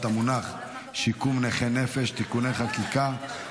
המונח שיקום נכה נפש (תיקוני חקיקה),